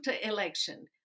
election